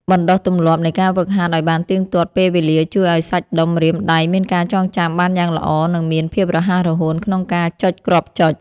បណ្តុះទម្លាប់នៃការហ្វឹកហាត់ឱ្យបានទៀងទាត់ពេលវេលាជួយឱ្យសាច់ដុំម្រាមដៃមានការចងចាំបានយ៉ាងល្អ និងមានភាពរហ័សរហួនក្នុងការចុចគ្រាប់ចុច។